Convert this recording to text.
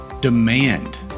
Demand